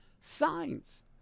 signs